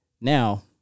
Now